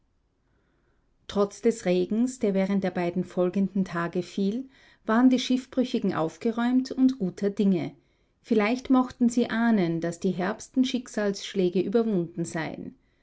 trotz des regens der während der beiden folgenden tage fiel waren die schiffbrüchigen aufgeräumt und guter dinge vielleicht mochten sie ahnen daß die herbsten schicksalsschläge überwunden seien